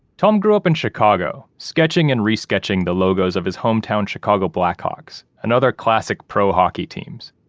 tom grew up in chicago, sketching and re-sketching the logos of his hometown chicago blackhawks and other classic pro-hockey teams.